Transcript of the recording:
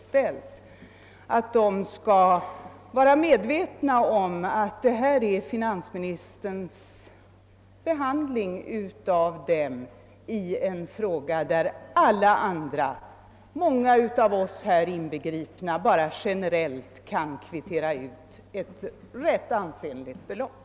ställt, skall vara medvetna om att detta är finansministerns behandling av dem i en fråga där alla andra — många av oss här inbegripna — bara generellt kan kvittera ut ett rätt ansenligt belopp.